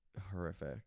horrific